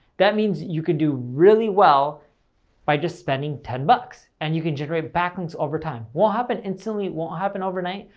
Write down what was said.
that means you can do really well by just spending ten bucks, and you can just create backlinks over time. it won't happen instantly, it won't happen overnight,